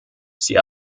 sie